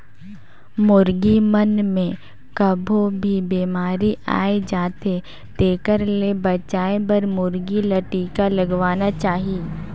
मुरगी मन मे कभों भी बेमारी आय जाथे तेखर ले बचाये बर मुरगी ल टिका लगवाना चाही